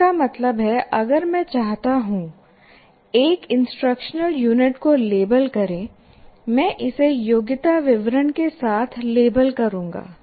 इसका मतलब है अगर मैं चाहता हूँ एक इंस्ट्रक्शनल यूनिट को लेबल करें मैं इसे योग्यता विवरण के साथ लेबल करूंगा